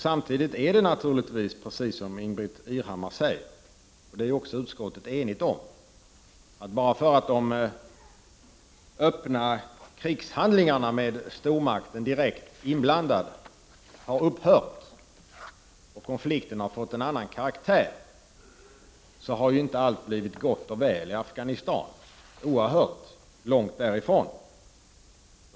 Samtidigt är det naturligtvis så som Ingbritt Irhammar säger — det är ju också utskottet enigt om: Att allt inte blivit gott och väl i Afghanistan bara för att de öppna krigshandlingar där stormakten är direkt inblandad har upphört och konflikten har fått en annan karaktär — oerhört långt därifrån.